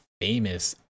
famous